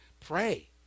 pray